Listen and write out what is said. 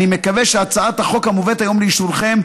אני מקווה שהצעת החוק המובאת היום לאישורכם,